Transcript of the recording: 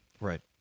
Right